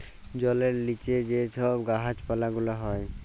জলের লিচে যে ছব গাহাচ পালা গুলা হ্যয়